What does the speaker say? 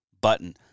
button